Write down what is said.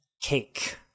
cake